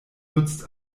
nutzt